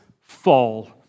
fall